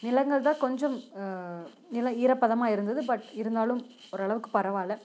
நிலங்கள் தான் கொஞ்சம் நில ஈரப்பதமாக இருந்துது பட் இருந்தாலும் ஓரளவுக்கு பரவாயில்லை